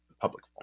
public